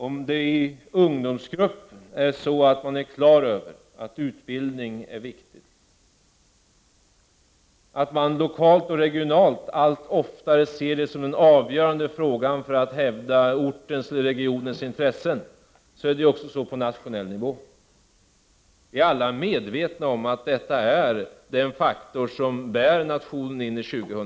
Om man i ungdomsgrupper är klar över att utbildning är viktig, om man lokalt och regionalt allt oftare ser detta som den avgörande frågan för att hävda ortens eller regionens intressen, så är det ju också så på nationell nivå. Vi är alla medvetna om att detta är den faktor som bär nationen in i 2000-talet.